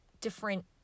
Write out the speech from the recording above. different